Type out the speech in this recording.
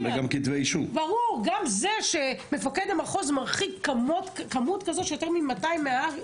גם זה שמפקד המחוז מרחיק כמות של יותר מ-200 אנשים מההר,